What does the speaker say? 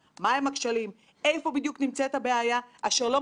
אני מאמינה שלאמון הציבור במערכת הפיננסית בישראל יש חשיבות אדירה,